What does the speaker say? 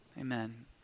amen